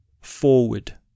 forward